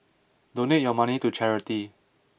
donate your money to charity